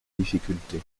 difficulté